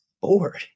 bored